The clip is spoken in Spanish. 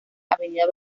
avenida